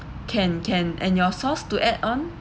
can can and your sauce to add on